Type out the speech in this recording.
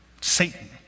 Satan